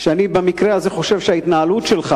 אני במקרה הזה חושב שההתנהלות שלך